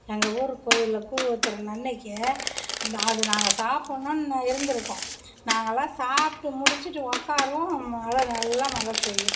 எங்கள் ஊர் கோயிலில் கூழ் ஊத்துகிற அன்றைக்கி அது நாங்கள் சாப்பிட்ணுன்னு இருந்துருக்கும் நாங்கள்ல்லாம் சாப்பிட்டு முடிச்சுட்டு உட்காருவோம் மழை நல்ல மழை பெய்யும்